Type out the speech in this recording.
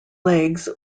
legs